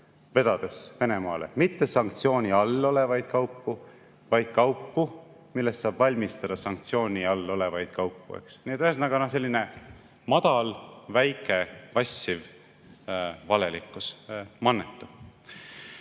vedades Venemaale mitte sanktsiooni all olevaid kaupu, vaid kaupu, millest saab valmistada sanktsiooni all olevaid kaupu. Ühesõnaga selline madal, väike, vassiv valelikkus. Mannetu!